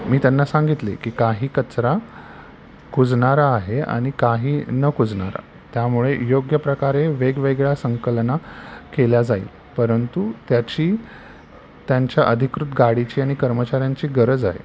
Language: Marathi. मी त्यांना सांगितले की काही कचरा कुजणारा आहे आणि काही न कुजणारा त्यामुळे योग्य प्रकारे वेगवेगळ्या संकलन केले जाईल परंतु त्याची त्यांच्या अधिकृत गाडीची आणि कर्मचऱ्यांची गरज आहे